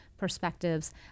Perspectives